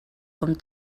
com